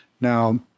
Now